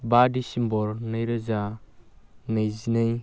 बा डिसेम्बर नैरोजा नैजिनै